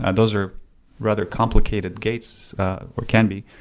and those are rather complicated gates or can be